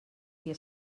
que